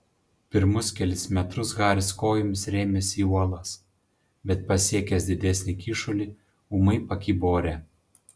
pirmus kelis metrus haris kojomis rėmėsi į uolas bet pasiekęs didesnį kyšulį ūmai pakibo ore